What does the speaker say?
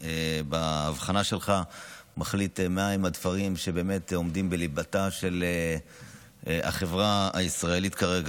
בהבחנה שלך מחליט מהם הדברים שבאמת עומדים בליבת החברה הישראלית כרגע.